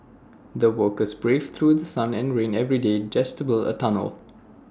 the workers braved through The Sun and rain every day just to build A tunnel